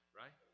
right